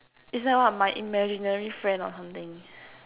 is like what my imaginary friend or something